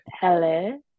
hello